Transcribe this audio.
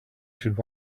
should